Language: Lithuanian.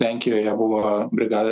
lenkijoje buvo brigada